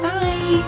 Bye